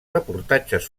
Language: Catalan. reportatges